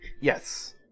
Yes